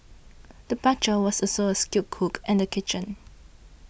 the butcher was also a skilled cook in the kitchen